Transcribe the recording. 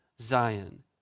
Zion